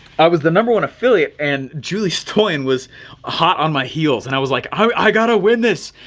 i was the number one affiliate and julie stone was hot on my heels and i was like, i gotta win this.